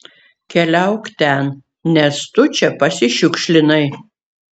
keliauk ten nes tu čia pasišiukšlinai